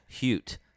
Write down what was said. hute